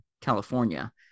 California